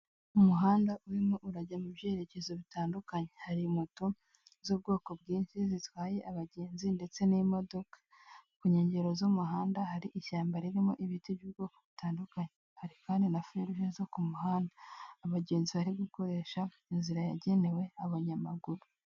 Umuhanda urimo urajya mu byerekezo bitandukanye, hari moto z'ubwoko bwinshi zitwaye abagenzi ndetse n'imodoka, ku nkengero z'umuhanda hari ishyamba ririmo ibiti by'ubwoko butandukanye, harimo kandi na feruje zo ku muhanda abagenzi bari gukoresha inzira yagenewe abanyamaguru.